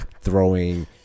throwing